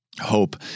hope